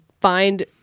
find